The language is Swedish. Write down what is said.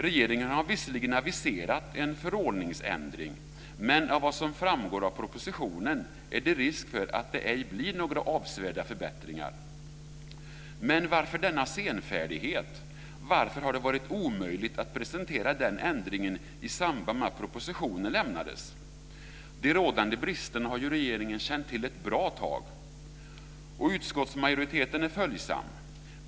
Regeringen har visserligen aviserat en förordningsändring, men av vad som framgår av propositionen finns det risk att det ej blir några avsevärda förbättringar. Varför denna senfärdighet? Varför har det varit omöjligt att presentera denna ändring i samband med att propositionen lämnades? De rådande bristerna har ju regeringen känt till ett bra tag. Utskottsmajoriteten är följsam.